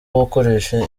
gukoresha